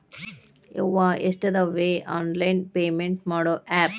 ಯವ್ವಾ ಎಷ್ಟಾದವೇ online payment ಮಾಡೋ ಆಪ್